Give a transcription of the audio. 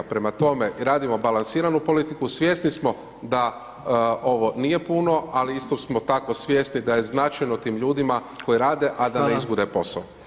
Prema tome, radimo balansiranu politiku, svjesni smo da ovo nije puno, ali isto tako smo svjesni da je značajno tim ljudima koji rade, a da ne izgube posao.